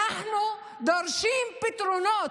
אנחנו דורשים פתרונות,